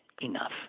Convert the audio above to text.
Enough